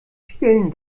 vielen